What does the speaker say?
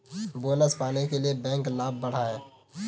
bonus पाने के लिए बैंक लाभ बढ़ाएं